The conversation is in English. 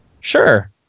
Sure